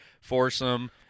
foursome